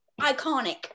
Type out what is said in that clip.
iconic